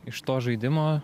iš to žaidimo